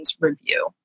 review